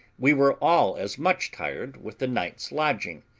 we were all as much tired with the night's lodging.